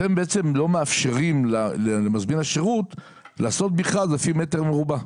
אתם בעצם לא מאפשרים למזמין השירות לעשות מכרז לפי מטר מרובע.